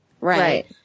Right